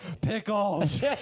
pickles